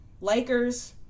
Lakers